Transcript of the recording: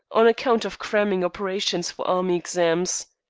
on account of cramming operations for army exams.